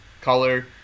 color